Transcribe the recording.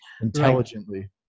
intelligently